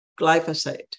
glyphosate